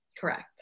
Correct